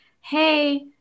hey